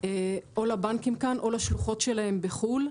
לבנקים כאן או לשלוחות שלהם בחו"ל,